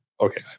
Okay